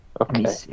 Okay